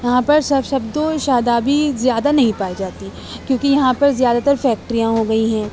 یہاں پر سر سبز و شادابی زیادہ نہیں پائی جاتی کیونکہ یہاں پر زیادہ تر فیکٹریاں ہو گئی ہیں